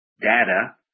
data